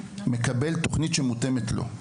מקבל תוכנית שמותאמת לו.